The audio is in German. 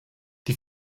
die